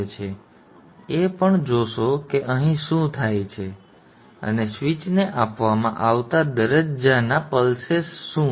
તમે એ પણ જોશો કે અહીં શું થાય છે અને સ્વીચને આપવામાં આવતા દરવાજાના પલ્સેસ શું છે